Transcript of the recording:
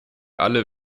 alle